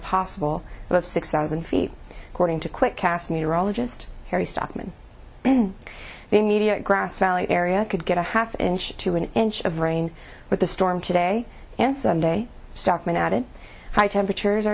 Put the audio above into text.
possible of six thousand feet according to quick cast meteorologist harry stockman the media at grass valley area could get a half inch to an inch of rain with the storm today and sunday stockmen added high temperatures are